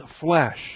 flesh